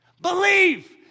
Believe